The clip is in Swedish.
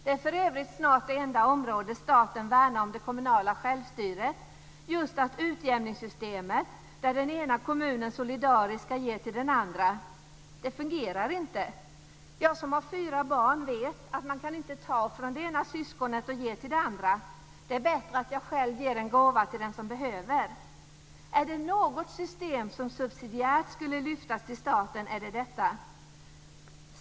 Utjämningssystemet, där den ena kommunen solidariskt ska ge till den andra, är för övrigt snart det enda område där staten värnar om det kommunala självstyret. Det fungerar inte. Jag som har fyra barn vet att man inte kan ta från det ena syskonet och ge till det andra. Det är bättre att själv ge en gåva till den som behöver. Är det något system som subsidiärt skulle lyftas till staten, är det detta.